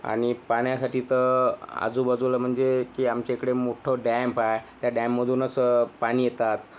आणि पाण्यासाठी तर आजूबाजूला म्हणजे की आमच्याइकडे मोठं डॅम आहे त्या डॅममधूनच पाणी येतात